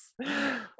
Yes